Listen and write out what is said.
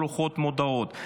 כמו לוחות מודעות.